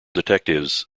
detectives